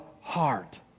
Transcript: heart